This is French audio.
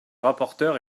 rapporteur